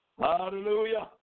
Hallelujah